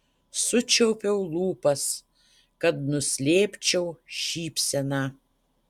sučiaupiau lūpas kad nuslėpčiau šypseną